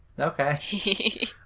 Okay